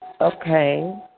Okay